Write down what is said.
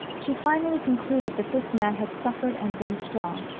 she finally concluded that this man had suffered and been strong,